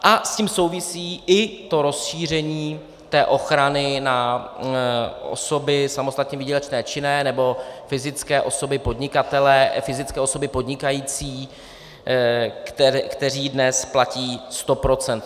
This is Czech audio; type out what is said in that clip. A s tím souvisí i to rozšíření ochrany na osoby samostatně výdělečně činné, nebo fyzické osoby podnikatele, fyzické osoby podnikající, které dnes platí 100 %.